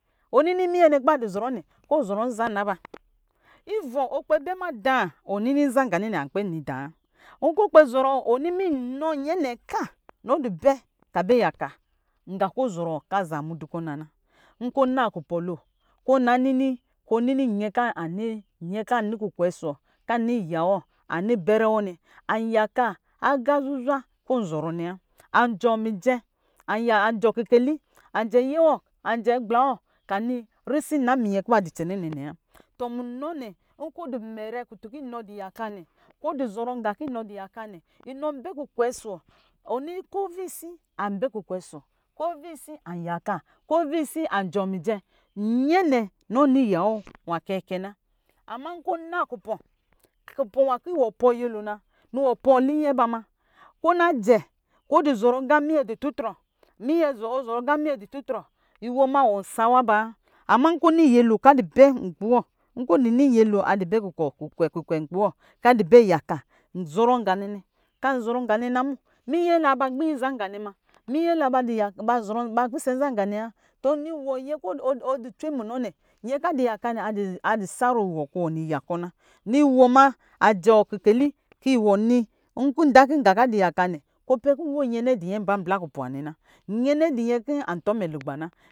Ɔnini minyɛ nɛ kɔ ba zɔrɔ nɛ kɔ ɔ zɔrɔ nza naba aivɔ nkpɛ ma da ɔnini nza ganɛ nɛ ankpɛ nide wa nkɔ ɔ kpɛ ɔɔrɔ ɔhini ma nyɛ ka nɔ dɔ bɛ ka bɛ ya ka nga kɔ ɔzɔrɔ kɔ aza mudu kɔ nana. Nkɔ ɔna kupɔ lo kɔ nini nyɛ kɔ ani kukwɛ ɔsɔ wɔ nyɛ kɔ anɔ yɛ wɔ ani bɛrɛ wɔ nɛ an yaka aqa zuzwa kɔ ɔnzɔ rɔ nɛ wa anjɔ mijɛ wa anjɔ kikedi anjɛ ayɛwɔ anjɛ agbla wɔ kɔ ani risi nna miye kɔ ba di cɛnɛ na wa tɔ munɔ nɛ nkɔ ɔdu mɛrɛ kutun kɔ inɔ du yaka nɛ kɔ ɔduzɔrɔ nqa kɔ ina du yaka nɛ inɔ bɛ kukwɛ ɔsɔ wɔ kovisi ambɛ kukwɛ ɔsɔ wɔ kovisi anyaka kovisi anjɔɔ mijɛ yɛnɛ nɔ ni ya wɔ nwa kɛkɛ na ama nkɔ ɔ na kipɔ nwa kɔ wɔ pɔɔ nyɛlo na wɔ pɔɔ linyɛ ba ma kɔ ɔna jɛ kɔ ɔdɔ zɔrɔ aqa minyɛ dɔ tutrɔ iwɔ ma wɔ sawa ba ama nkɔ ni nyɛlo kɔ adɔ bɛ nkpi wɔ ɔni nyɛlo kɔ adɔ bɛ kukwɛ nkpi wɔ kɔ adɔ bɛ yaka zɔrɔ nganɛ kan zɔrɔ nganɛ na mo miyɛ da ba gbil nza nganɛ ma minyɛ la ba dɔ pisɛ nza nganɛ wa nyɛ kɔ ɔdɔ cwe munɔ nɛ nyɛ kɔ adɔ yaka aqanɛ adɔ sarɔ kɔ wɔ nɔ yakɔ na nɔ iwɔ ma ajɛ wɔ kiketi kɔ iwɔ ni nkɔ nda kɔ nga kɔ adɔ yaka nɛ kɔ ɔpɛ kɔ nwo yɛnɛ dɔ yɛmblablaa kupɔ nwɛnɛ na yɛnɛ dɔnyɛ kɔ antɔ mɛ lugba na.